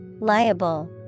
Liable